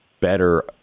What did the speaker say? better